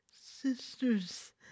sisters